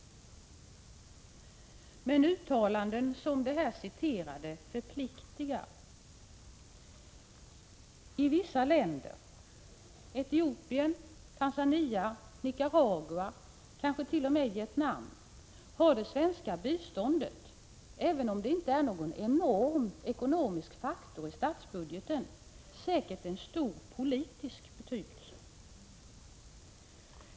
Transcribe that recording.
Men uttalanden som de här citerade förpliktigar. I vissa länder — Etiopien, Tanzania, Nicaragua och kanske t.o.m. Vietnam — har det svenska biståndet, även om det inte är någon enorm ekonomisk faktor i statsbudgeten, säkerligen en stor politisk betydelse.